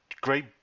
great